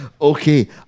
Okay